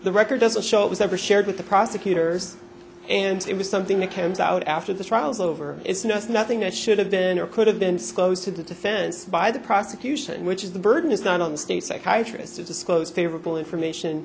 the record doesn't show it was ever shared with the prosecutors and it was something that comes out after the trial is over it's nothing that should have been or could have been to the defense by the prosecution which is the burden is not on the state psychiatrist to disclose favorable information